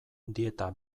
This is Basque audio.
dieta